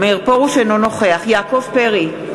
אינו נוכח יעקב פרי,